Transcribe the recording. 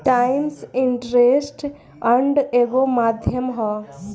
times interest earned एगो माध्यम ह